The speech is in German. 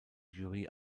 jury